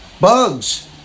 Bugs